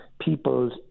People's